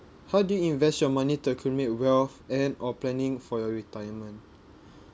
how do you invest your money to accumulate wealth and or planning for your retirement